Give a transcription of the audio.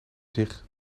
zich